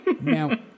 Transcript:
Now